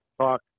talk